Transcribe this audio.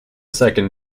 second